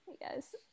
yes